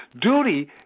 duty